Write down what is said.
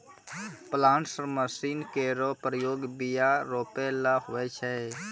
planters machine केरो प्रयोग बीया रोपै ल होय छै